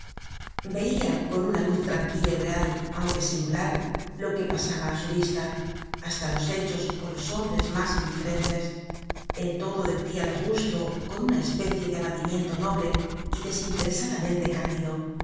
veia con una luz tranquila y real aunque singular lo que pasaba á su vista hasta los hechos ó los hombres mas indiferentes en todo deeia lo justo con una especie de abatimiento noble y desinteresadamente cándido